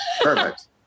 perfect